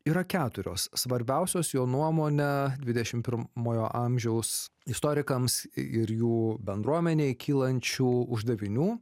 yra keturios svarbiausios jo nuomone dvidešim pirmojo amžiaus istorikams ir jų bendruomenei kylančių uždavinių